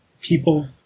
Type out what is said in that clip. people